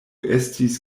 estis